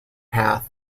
path